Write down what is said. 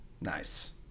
nice